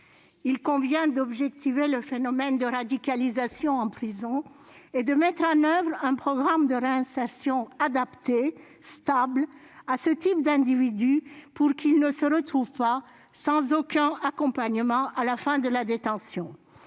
Il convient d'objectiver le phénomène de radicalisation en prison et de mettre en oeuvre un programme de réinsertion adapté et stable à ce type d'individus, pour qu'ils ne se retrouvent pas sans aucun accompagnement à la fin de la détention.